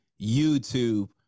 YouTube